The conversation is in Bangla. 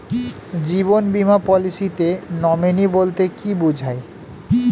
জীবন বীমা পলিসিতে নমিনি বলতে কি বুঝায়?